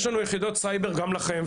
גם לכם,